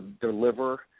deliver